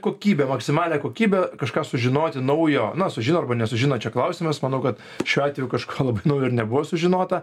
kokybę maksimalią kokybę kažką sužinoti naujo na sužino arba nesužino čia klausimas manau kad šiuo atveju kažko labai naujo ir nebuvo sužinota